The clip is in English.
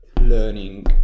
learning